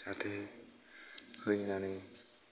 जाहाथे फैनानै